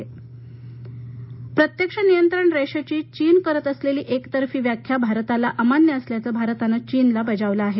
भारत चीन प्रत्यक्ष नियंत्रण रेषेची चीन करत असलेली एकतर्फी व्याख्या भारताला अमान्य असल्याचं भारतानं चीनला बजावले आहे